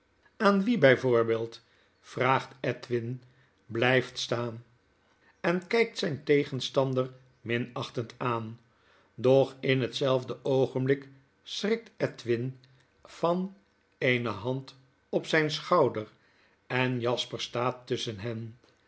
aan wien bij voorbeeld vraagtedwin blyft staan en kykt zfln tegenstander mmachtend aan dochin hetzeifde oogenblik schrikt edwin van eene hand op zy n schouder en jasper staattusschen hen